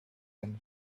and